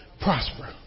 Prosper